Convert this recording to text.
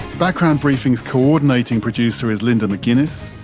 background briefing's co-ordinating producer is linda mcginness,